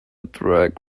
drag